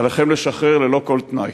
עליכם לשחרר ללא כל תנאי.